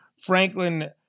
Franklin